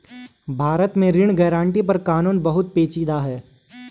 भारत में ऋण गारंटी पर कानून बहुत पेचीदा है